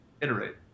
iterate